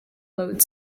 load